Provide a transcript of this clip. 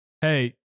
Hey